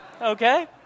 okay